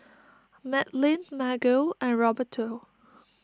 Madlyn Margo and Roberto